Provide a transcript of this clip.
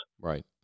Right